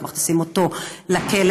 אנחנו מכניסים אותו לכלא.